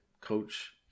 coach